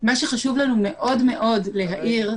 מה שחשוב לנו מאוד מאוד להעיר,